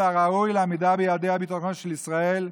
הראוי לעמידה ביעדי הביטחון של ישראל.